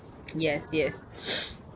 yes yes